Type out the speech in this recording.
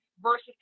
versus